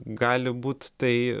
gali būt tai